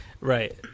Right